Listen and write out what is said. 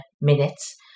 minutes